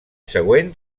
següent